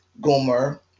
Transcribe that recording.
gomer